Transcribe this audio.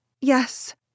Yes